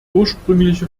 ursprüngliche